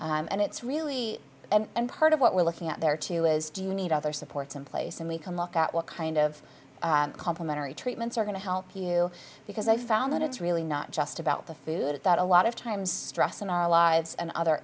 out and it's really and part of what we're looking at there too is do you need other supports in play and we can look at what kind of complimentary treatments are going to help you because i found that it's really not just about the food it that a lot of times stress in our lives and other